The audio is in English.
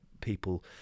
people